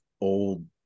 old